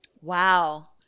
Wow